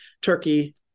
Turkey